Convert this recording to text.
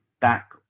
back